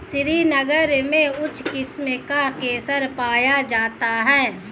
श्रीनगर में उच्च किस्म का केसर पाया जाता है